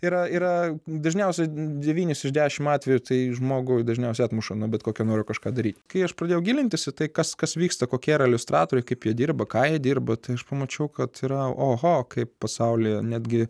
yra yra dažniausiai devynis iš dešimt atvejų tai žmogui dažniausiai atmuša nuo bet kokio noro kažką daryt kai aš pradėjau gilintis į tai kas kas vyksta kokie yra iliustratoriai kaip jie dirba ką jie dirba tai aš pamačiau kad yra oho kaip pasaulyje netgi